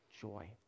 joy